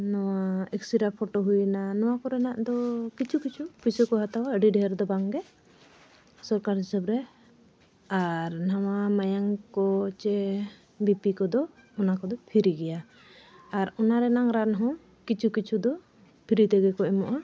ᱱᱚᱣᱟ X-ray photo ᱦᱩᱭᱱᱟ ᱱᱚᱣᱟ ᱠᱚᱨᱮᱱᱟᱜ ᱫᱚ ᱠᱤᱪᱷᱩ ᱠᱤᱪᱷᱩ ᱯᱚᱭᱥᱟᱹ ᱠᱚ ᱦᱟᱛᱟᱣᱟ ᱟᱹᱰᱤ ᱰᱷᱮᱨ ᱫᱚ ᱵᱟᱝᱜᱮ ᱥᱚᱨᱠᱟᱨ ᱦᱤᱥᱟᱹᱵᱽ ᱨᱮ ᱟᱨ ᱱᱚᱣᱟ ᱢᱟᱭᱟᱝ ᱠᱚ ᱥᱮ ᱵᱤᱯᱤ ᱠᱚᱫᱚ ᱚᱱᱟ ᱠᱚᱫᱚ ᱯᱷᱨᱤ ᱜᱮᱭᱟ ᱟᱨ ᱚᱱᱟ ᱨᱮᱱᱟᱜ ᱨᱟᱱ ᱦᱚᱸ ᱠᱤᱪᱷᱩ ᱠᱤᱪᱷᱩ ᱫᱚ ᱯᱷᱨᱤ ᱛᱮᱜᱮ ᱠᱚ ᱮᱢᱚᱜᱼᱟ